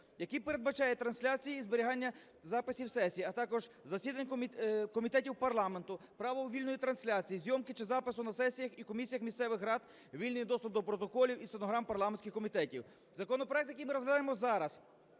який передбачає трансляції і зберігання записів сесії, а також засідань комітетів парламенту, право вільної трансляції, зйомки чи запису на сесіях і комісіях місцевих рад, вільний доступ до протоколів і стенограм парламентських комітетів. Законопроект, який ми розглядаємо зараз